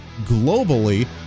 globally